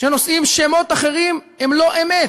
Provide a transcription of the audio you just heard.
שנושאים שמות אחרים הם לא אמת.